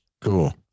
Cool